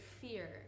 fear